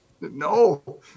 No